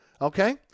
Okay